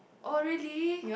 oh really